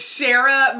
Shara